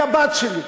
היא הבת שלי.